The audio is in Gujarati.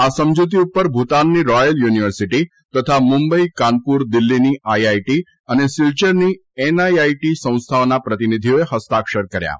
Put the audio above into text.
આ સમજૂતી ઉપર ભૂતાનની રોયલ યુનિવર્સિટી તથા મુંબઇ કાનપુર દિલ્હીની આઇઆઈટી અને સિલ્ચરની એનઆઇઆઇટી સંસ્થાના પ્રતિનિધિઓએ હસ્તાક્ષર કર્યા હતા